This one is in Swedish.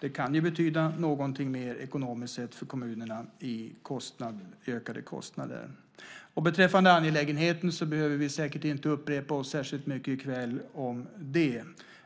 Det kan betyda något ökade kostnader för kommunerna. Beträffande angelägenheten behöver vi säkert inte upprepa oss särskilt mycket i kväll.